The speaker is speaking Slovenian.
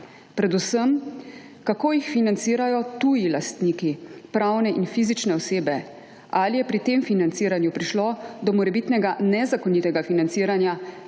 predvsem, kako jih financirajo tuji lastniki, pravne in fizične osebe. Ali je pri tem financiranju prišlo do morebitnega nezakonitega financiranja